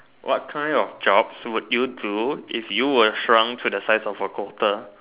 what kind of job would you do if you were shrunk to the size of a quarter